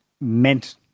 meant